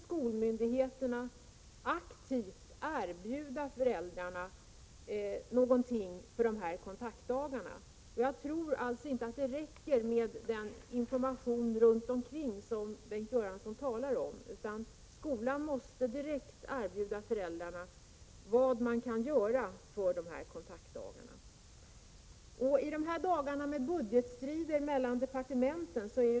Skolmyndigheterna måste aktivt erbjuda föräldrarna någonting för de här kontaktdagarna. Jag tror inte att det räcker med den information runt omkring som Bengt Göransson talar om, utan skolan måste direkt erbjuda föräldrarna någonting när det gäller dessa kontaktdagar. I dessa dagar är det budgetstrider mellan departementen.